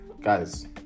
Guys